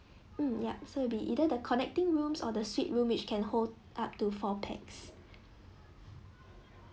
mm yup so it'll be either the connecting rooms or the suite room which can hold up to four pax